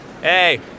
Hey